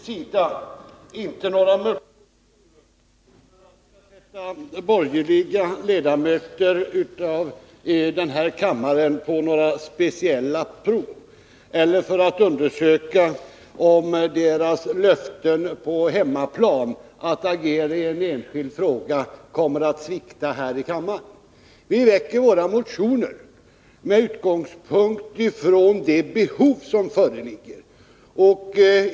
Herr talman! Vi väcker från socialdemokratisk sida inte ”löftesmotioner” för att sätta några borgerliga ledamöter av kammaren på speciella prov eller för att undersöka om deras löften på hemmaplan om att agera i en enskild fråga kommer att svikta här i kammaren. Vi väcker våra motioner med utgångspunkt i de behov som föreligger.